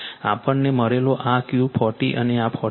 આપણને મળેલો આ Q 40 આ 40 છે